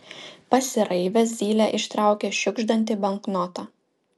pasiraivęs zylė ištraukė šiugždantį banknotą